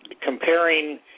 comparing